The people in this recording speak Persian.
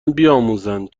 بیاموزند